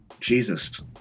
Jesus